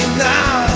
now